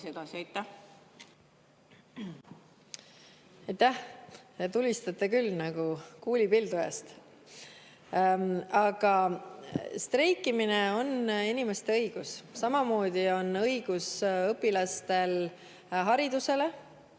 Te tulistate küll nagu kuulipildujast. Aga streikimine on inimeste õigus. Samamoodi nagu on õpilastel õigus haridusele,